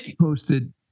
posted